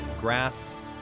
grass